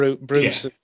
Bruce